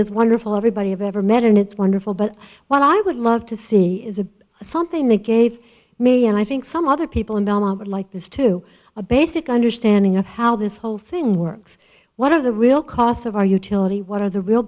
is wonderful everybody i've ever met and it's wonderful but what i would love to see is a something that gave me and i think some other people involved like this to a basic understanding of how this whole thing works one of the real costs of our utility what are the real